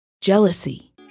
jealousy